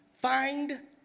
find